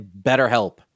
BetterHelp